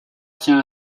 tient